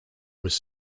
was